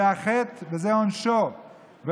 זה החטא וזה עונשו.